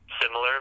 Similar